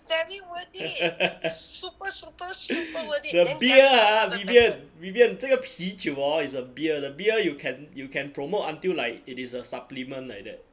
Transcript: the beer ah vivian vivian 这个啤酒 orh is a beer the beer you can you can promote until like it is a supplement like that